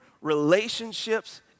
relationships